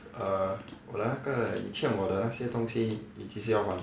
err 我的那个你欠我的那些东西你几时要还